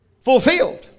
fulfilled